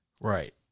right